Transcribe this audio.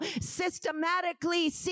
systematically